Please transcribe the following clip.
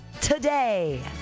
today